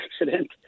accident –